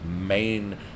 main